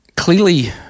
Clearly